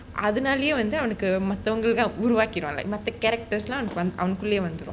other knowleh when they're on the girl mutton google would whack it on like martha characters long when unclear though